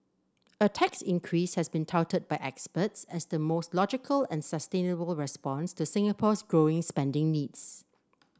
a tax increase has been touted by experts as the most logical and sustainable response to Singapore's growing spending needs